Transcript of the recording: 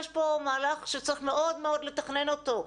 יש פה מהלך שצריך מאוד מאוד לתכנן אותו,